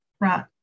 right